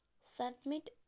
submit